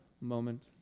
moment